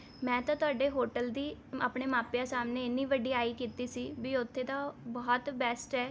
ਮੈਂ ਤਾਂ ਤੁਹਾਡੇ ਹੋਟਲ ਦੀ ਆਪਣੇ ਮਾਪਿਆਂ ਸਾਹਮਣੇ ਇੰਨੀ ਵਡਿਆਈ ਕੀਤੀ ਸੀ ਵੀ ਉਥੇ ਤਾਂ ਬਹੁਤ ਬੈਸਟ ਹੈ